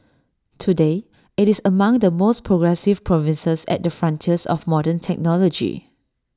today IT is among the most progressive provinces at the frontiers of modern technology